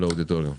הישיבה